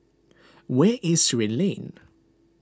where is Surin Lane